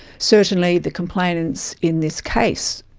certainly the complainants in this case,